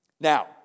Now